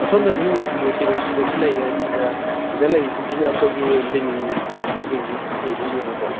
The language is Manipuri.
ꯑꯥ ꯁꯣꯝꯗ ꯑꯗꯨꯝ ꯂꯥꯛꯄꯤꯎ ꯁꯤꯗꯁꯨ ꯂꯩꯔꯦ ꯁꯤꯗ ꯁꯤꯗ ꯂꯩꯔꯤꯁꯤꯡꯁꯤꯅ ꯑꯩꯈꯣꯏꯒꯤ ꯂꯤꯟꯁꯤꯡꯒꯤ ꯑꯣꯏꯗꯣꯏꯅꯦꯕꯀꯣ